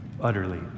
utterly